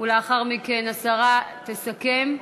לאחר מכן השרה תסכם.